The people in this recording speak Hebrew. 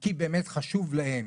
כי באמת חשוב להם